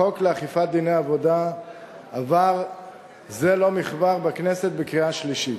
החוק לאכיפת דיני עבודה עבר זה לא כבר בכנסת בקריאה שלישית.